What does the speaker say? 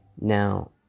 now